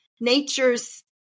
nature's